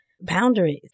boundaries